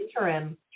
interim